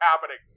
happening